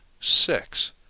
six